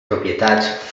propietats